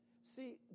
See